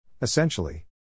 Essentially